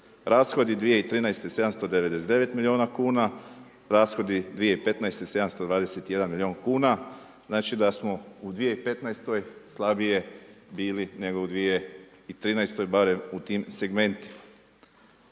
rashodi 2013. 799 milijuna kuna, rashodi 2015. 721 milijun kuna. Znači da smo u 2015. slabije bili nego u 2013. barem u tim segmentima.